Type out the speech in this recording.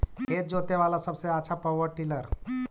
खेत जोते बाला सबसे आछा पॉवर टिलर?